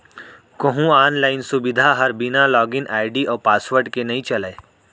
कोहूँ आनलाइन सुबिधा हर बिना लॉगिन आईडी अउ पासवर्ड के नइ चलय